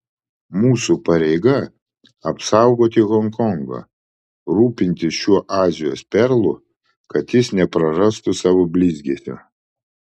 mūsų pareiga apsaugoti honkongą rūpintis šiuo azijos perlu kad jis neprarastų savo blizgesio